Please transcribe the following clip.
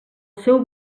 seu